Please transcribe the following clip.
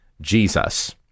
Jesus